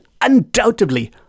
undoubtedly